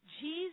Jesus